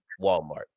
walmart